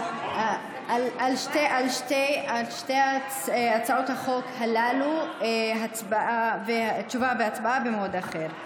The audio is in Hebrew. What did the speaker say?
על שתי הצעות החוק הללו תשובה והצבעה במועד אחר.